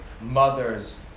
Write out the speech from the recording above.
mothers